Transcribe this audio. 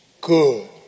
good